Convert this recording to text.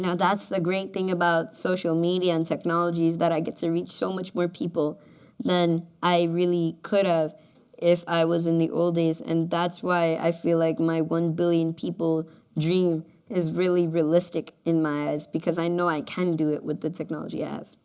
that's the great thing about social media and technology is that i get to reach so much more people than i really could have if i was in the old days. and that's why i feel like my one billion people dream is really realistic in my eyes. because i know i can do it with the technology i have.